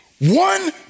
One